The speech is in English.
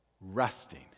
resting